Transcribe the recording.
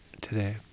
today